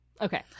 Okay